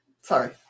Sorry